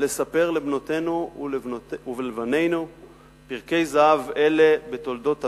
לספר לבנותינו ולבנינו פרקי זהב אלה בתולדות עמנו,